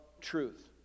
truth